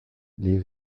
les